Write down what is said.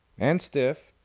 and stiff.